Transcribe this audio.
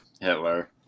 Hitler